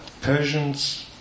Persians